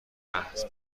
محض